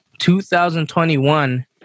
2021